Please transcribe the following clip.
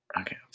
Okay